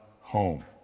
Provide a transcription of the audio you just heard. home